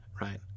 right